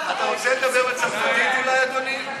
אתה רוצה לדבר בצרפתית אולי, אדוני?